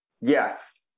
yes